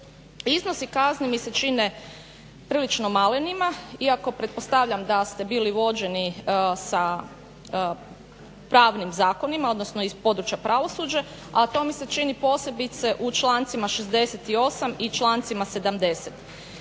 Iznosi kazni mi se čine prilično malenima iako pretpostavljam da ste bili vođeni sa pravnim zakonima, odnosno iz područja pravosuđa, a to mi se čini posebice u člancima 68. i člancima 70.